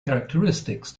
characteristics